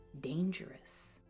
dangerous